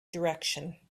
direction